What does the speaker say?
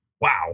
Wow